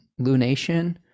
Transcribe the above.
lunation